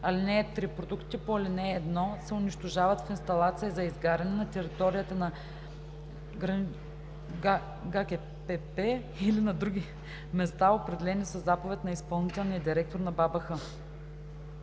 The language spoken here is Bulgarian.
(3) Продуктите по ал. 1 се унищожават в инсталация за изгаряне на територията на ГКПП или на други места, определени със заповед на изпълнителния директор на БАБХ.“